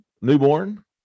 newborn